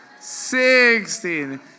sixteen